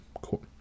Cool